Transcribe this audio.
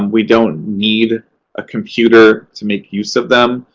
we don't need a computer to make use of them.